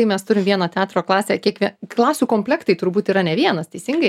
kai mes turim vieną teatro klasę kiek vie klasių komplektai turbūt yra ne vienas teisingai